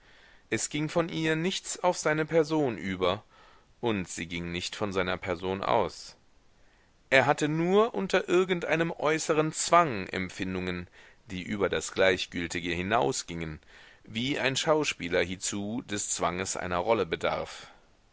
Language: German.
es ging von ihr nichts auf seine person über und sie ging nicht von seiner person aus er hatte nur unter irgend einem äußeren zwang empfindungen die über das gleichgültige hinausgingen wie ein schauspieler hiezu des zwanges einer rolle bedarf